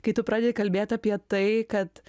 kai tu pradedi kalbėt apie tai kad